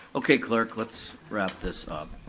okay clerk, let's wrap this up.